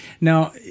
now